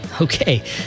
Okay